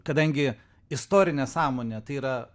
kadangi istorinė sąmonė tai yra